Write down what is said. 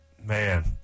Man